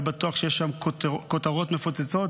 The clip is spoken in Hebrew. ובטוח שיש שם כותרות מפוצצות